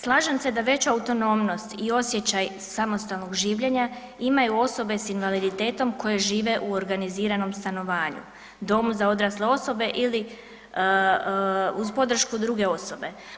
Slažem se da veća autonomnost i osjećaj samostalnog življenja imaju osobe s invaliditetom koje žive u organiziranom stanovanju, domu za odrasle osobe ili uz podršku druge osobe.